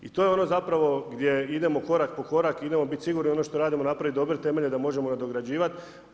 I to je ono zapravo, gdje idemo korak po korak, idemo biti sigurni, ono što napraviti dobre temelje, da možemo nadograđivati.